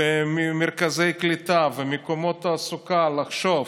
מרכזי קליטה ומקומות תעסוקה, לחשוב.